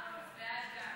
גם אני בעד.